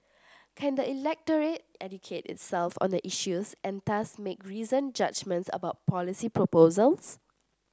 can the electorate educate itself on the issues and thus make reasoned judgements about policy proposals